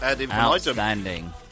outstanding